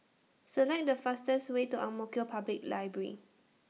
Select The fastest Way to Ang Mo Kio Public Library